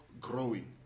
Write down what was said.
growing